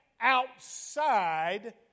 outside